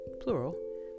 Plural